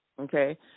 Okay